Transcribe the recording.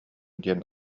диэн